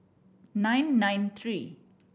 nine nine three